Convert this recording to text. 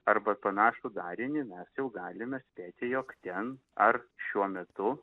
arba panašų darinį mes jau galime spėti jog ten ar šiuo metu